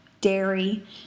dairy